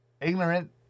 ignorant